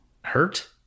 hurt